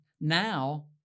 now